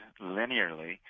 linearly